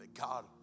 God